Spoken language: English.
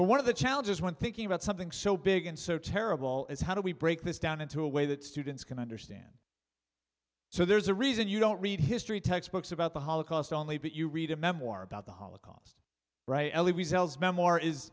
but one of the challenges when thinking about something so big and so terrible is how do we break this down into a way that students can understand so there's a reason you don't read history textbooks about the holocaust only but you read a memoir about the holocaust right